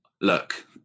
look